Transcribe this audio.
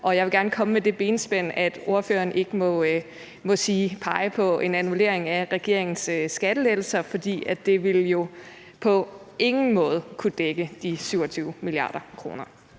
Og jeg vil gerne komme med det benspænd, at ordføreren ikke må pege på en annullering af regeringens skattelettelser, for det ville jo på ingen måde kunne dække de 27 mia. kr.